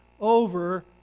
over